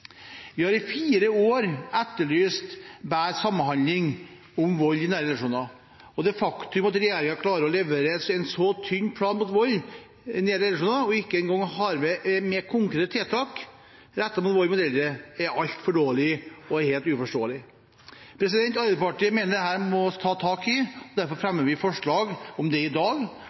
Vi har i fire år etterlyst bedre samhandling om vold i nære relasjoner. Det faktumet at regjeringen klarer å levere en så tynn plan mot vold i nære relasjoner og ikke engang har med konkrete tiltak rettet mot vold mot eldre, er altfor dårlig og helt uforståelig. Arbeiderpartiet mener dette må tas tak i. Derfor fremmer vi og Senterpartiet forslag om det i dag.